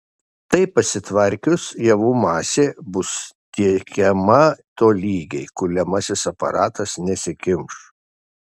tai pasitvarkius javų masė bus tiekiama tolygiai kuliamasis aparatas nesikimš